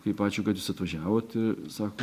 kaip ačiū kad jūs atvažiavot sako